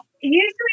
usually